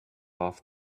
off